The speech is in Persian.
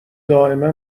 دائما